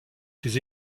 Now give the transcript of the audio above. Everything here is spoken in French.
ses